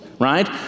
Right